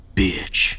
bitch